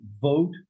vote